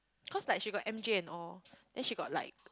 cause like she got M_J and all then she got like